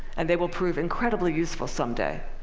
and they will prove incredibly useful some day.